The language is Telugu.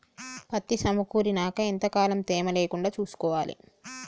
పత్తి సమకూరినాక ఎంత కాలం తేమ లేకుండా చూసుకోవాలి?